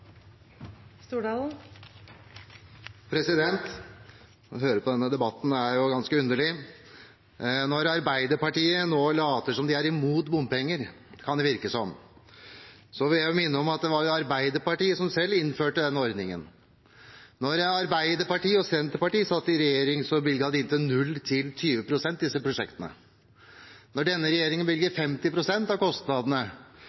Å høre på denne debatten er ganske underlig. Når Arbeiderpartiet nå later som om de er imot bompenger – slik kan det virke – vil jeg minne om at det var Arbeiderpartiet som selv innførte den ordningen. Da Arbeiderpartiet og Senterpartiet satt i regjering, bevilget de fra 0 til 20 pst. for disse prosjektene. Når denne regjeringen bevilger